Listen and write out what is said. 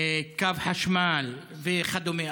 קו חשמל וכדומה.